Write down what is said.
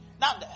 Now